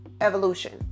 evolution